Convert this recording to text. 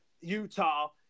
utah